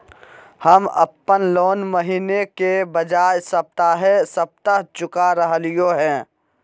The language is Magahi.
हम अप्पन लोन महीने के बजाय सप्ताहे सप्ताह चुका रहलिओ हें